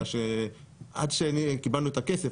אלא שעד שקיבלנו את הכסף,